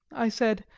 i said.